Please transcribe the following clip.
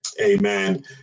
amen